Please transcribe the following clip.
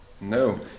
No